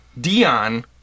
Dion